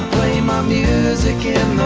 play my music in